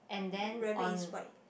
rabbit is white